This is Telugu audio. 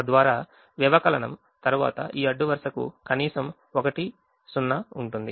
తద్వారా వ్యవకలనం తరువాత ఈ అడ్డు వరుసకు కనీసం 1 లేదా 0 ఉంటుంది